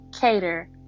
cater